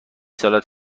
سالاد